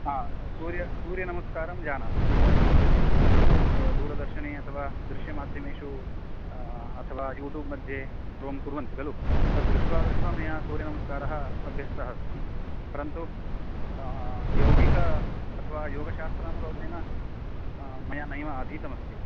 हा सूर्य सूर्यनमस्कारं जानामि अर्थात् तत्तु तत्तु दूरदर्शने अथवा दृश्यमाध्यमेषु अथवा यूट्यूब् मध्ये सर्वं कुर्वन्ति खलु तत् दृष्ट्वा दृष्ट्वा मया सूर्यनमस्कारः अभ्यस्तः अस्ति परन्तु यौगिक अथवा योगशास्त्रानुरोधेन मया नैव अधीतमस्ति